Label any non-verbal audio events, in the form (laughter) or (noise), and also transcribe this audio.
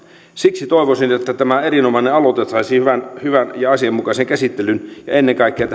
siksi toivoisin että tämä erinomainen aloite saisi hyvän ja asianmukaisen käsittelyn ja että ennen kaikkea (unintelligible)